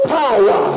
power